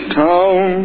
town